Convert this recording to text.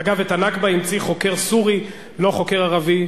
אגב, את הנכבה המציא חוקר סורי, לא חוקר ערבי.